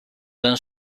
tan